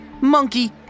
Monkey